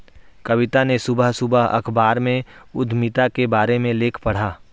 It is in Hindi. कविता ने सुबह सुबह अखबार में उधमिता के बारे में लेख पढ़ा